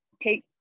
take